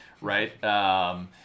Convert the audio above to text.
Right